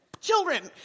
children